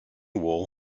wall